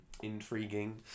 intriguing